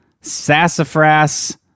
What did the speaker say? sassafras